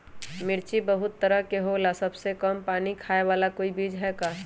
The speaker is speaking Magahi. मिर्ची बहुत तरह के होला सबसे कम पानी खाए वाला कोई बीज है का?